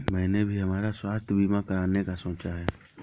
मैंने भी हमारा स्वास्थ्य बीमा कराने का सोचा है